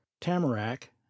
tamarack